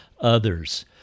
others